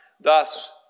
Thus